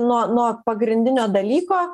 nuo nuo pagrindinio dalyko